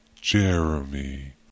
Jeremy